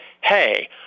hey